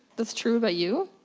that's true about you?